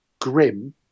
grim